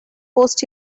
post